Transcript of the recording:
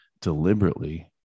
deliberately